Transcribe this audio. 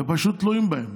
אתם פשוט תלויים בהם.